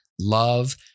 love